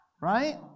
Right